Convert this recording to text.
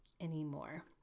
anymore